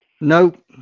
Nope